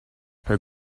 her